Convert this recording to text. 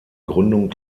gründung